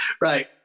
Right